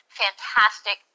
fantastic